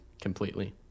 completely